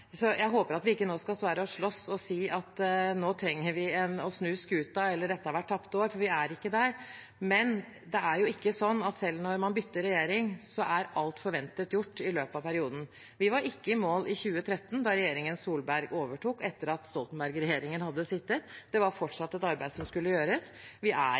Så jeg håper at vi ikke nå skal stå her og slåss og si at nå trenger vi å snu skuten, eller at dette har vært tapte år, for vi er ikke der. Men det er ikke sånn at selv når man bytter regjering, er alt forventet gjort i løpet av perioden. Vi var ikke i mål i 2013 da regjeringen Solberg overtok, etter at Stoltenberg-regjeringen hadde sittet. Det var fortsatt et arbeid som skulle gjøres. Vi er